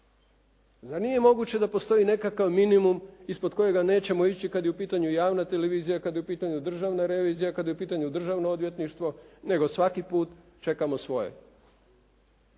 Zar nije moguće da postoji nekakav minimum ispod kojega nećemo ići kada je u pitanju javna televizija, kada je u pitanju državna revizija, kada je u pitanju državno odvjetništvo nego svaki put čekamo svoje.